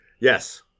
Yes